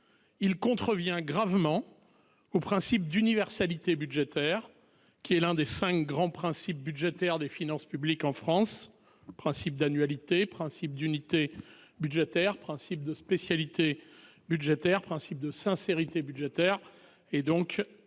Il contrevient gravement. Au principe d'universalité budgétaire qui est l'un des 5 grands principes budgétaires des finances publiques en France le principe d'annualité principe d'unité budgétaire principe de spécialité budgétaire principe de sincérité budgétaire et donc